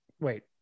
wait